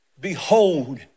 behold